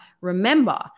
remember